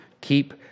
Keep